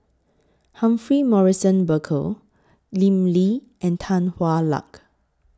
Humphrey Morrison Burkill Lim Lee and Tan Hwa Luck